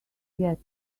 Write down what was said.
get